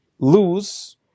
lose